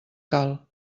cal